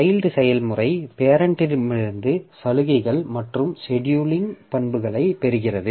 child செயல்முறை பேரெண்ட்டிடமிருந்து சலுகைகள் மற்றும் செடியூலிங் பண்புகளை பெறுகிறது